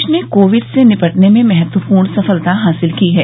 देश ने कोविड से निपटने में महत्वपूर्ण सफलता हासिल की है